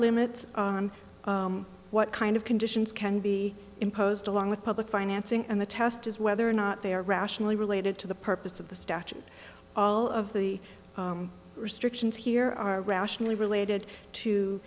limits on what kind of conditions can be imposed along with public financing and the test is whether or not they are rationally related to the purpose of the statute all of the restrictions here are rationally related to